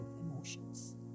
emotions